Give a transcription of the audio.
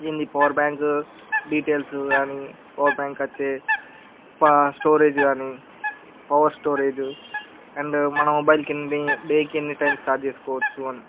దీని power bank details కానీ power bank వచ్చే స్టోరేజ్ కానీ పవర్ స్టోరేజ్ అండ్ మనం మోబైల్కీ ఎన్ని డేకి ఎన్ని టైమ్స్ ఛార్జ్ చేసుకోవచ్చు అని